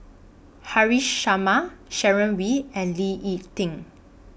Haresh Sharma Sharon Wee and Lee Ek Tieng